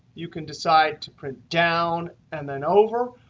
you can decide to print down and then over,